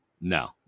No